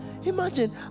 Imagine